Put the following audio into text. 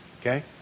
okay